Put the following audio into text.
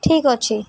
ଠିକ୍ ଅଛି